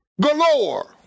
galore